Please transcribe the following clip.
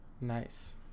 Nice